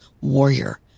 Warrior